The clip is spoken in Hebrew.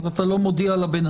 אז אתה לא מודיע לבן-אדם,